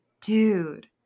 dude